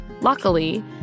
Luckily